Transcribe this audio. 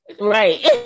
right